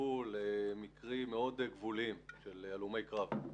נחשפו למקרים מאוד גבוליים של הלומי קרב.